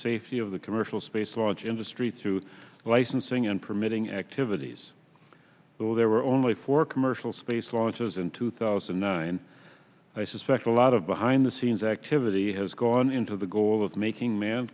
safety of the commercial space launch industry through licensing and permitting activities though there were only four commercial space launches in two thousand and nine i suspect a lot of behind the scenes activity has gone into the goal of making man